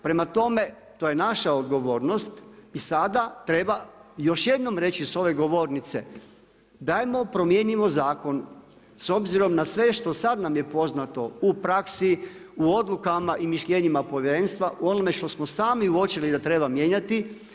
Prema tome, to je naša odgovornost i sada treba još jednom reći sa ove govornice dajmo promijenimo zakon s obzirom na sve što sad nam je poznato u praksi, u odlukama i mišljenjima povjerenstva, u onome što smo sami uočili da treba mijenjati.